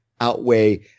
outweigh